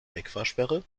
wegfahrsperre